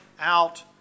out